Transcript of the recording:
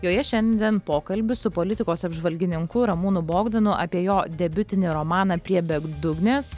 joje šiandien pokalbis su politikos apžvalgininku ramūnu bogdanu apie jo debiutinį romaną prie bedugnės